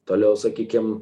toliau sakykim